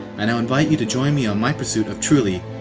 i now invite you to join me on my pursuit of truly,